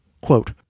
Quote